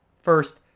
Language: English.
First